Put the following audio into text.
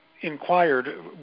inquired